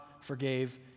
forgave